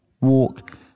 walk